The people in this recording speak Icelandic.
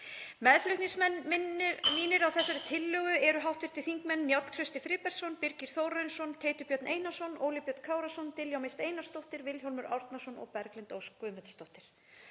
Meðflutningsmenn mínir á þessari tillögu eru hv. þingmenn Njáll Trausti Friðbertsson, Birgir Þórarinsson, Teitur Björn Einarsson, Óli Björn Kárason, Diljá Mist Einarsdóttir, Vilhjálmur Árnason og Berglind Ósk Guðmundsdóttir.